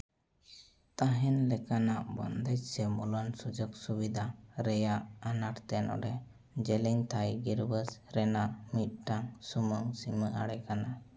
ᱛᱟᱦᱮᱱ ᱞᱮᱠᱟᱱᱟᱜ ᱵᱚᱱᱫᱮᱡᱽ ᱥᱮ ᱢᱩᱞᱚᱱ ᱥᱩᱡᱳᱜ ᱥᱩᱵᱤᱫᱷᱟ ᱨᱮᱭᱟᱜ ᱟᱱᱟᱴ ᱛᱮ ᱱᱚᱸᱰᱮ ᱡᱮᱞᱮᱧ ᱛᱷᱟᱹᱭ ᱜᱤᱨᱵᱟᱥ ᱨᱮᱱᱟᱜ ᱢᱤᱫᱴᱟᱝ ᱥᱩᱢᱩᱝ ᱥᱤᱢᱟᱹ ᱟᱲᱮ ᱠᱟᱱᱟ